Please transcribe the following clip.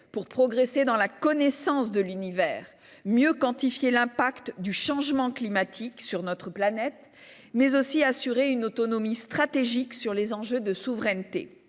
pour progresser dans la connaissance de l'univers, pour mieux quantifier l'impact du changement climatique sur notre planète et pour garantir notre autonomie stratégique sur les enjeux de souveraineté.